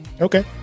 Okay